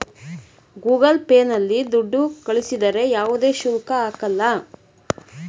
Google Pay ನಲ್ಲಿ ದುಡ್ಡು ಕಳಿಸಿದರೆ ಯಾವುದೇ ಶುಲ್ಕ ಹಾಕಲ್ಲ